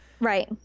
Right